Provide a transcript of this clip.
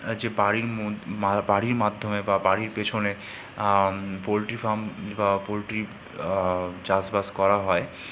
যে বাড়ির মধ বাড়ির মাধ্যমে বা বাড়ির পেছনে পোল্ট্রি ফার্ম বা পোল্ট্রি চাষ বাস করা হয়